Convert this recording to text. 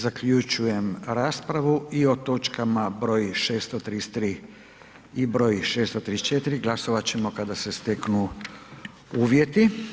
Zaključujem raspravu i o točkama br. 633. i br. 634. glasovat ćemo kada se steknu uvjeti.